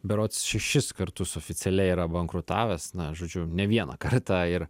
berods šešis kartus oficialiai yra bankrutavęs na žodžiu ne vieną kartą ir